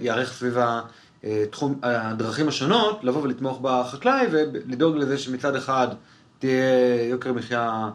יערך סביב הדרכים השונות, לבוא ולתמוך בחקלאי, ולדאוג לזה שמצד אחד תהיה יוקר מחייה.